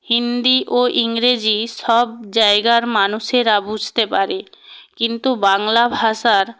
হিন্দি ও ইংরেজি সব জায়াগার মানুষেরা বুঝতে পারে কিন্তু বাংলা ভাষার